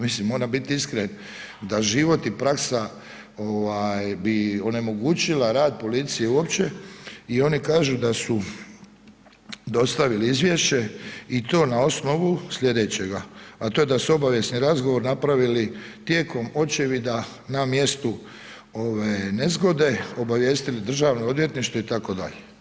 Mislim moram biti iskren da život i praksa bi onemogućila rad policiji uopće i oni kažu da su dostavili izvješće i to na osnovu sljedeća a to je da su obavijesni razgovor napravili tijekom očevida na mjestu nezgode, obavijestili državno odvjetništvo itd.